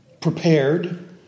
prepared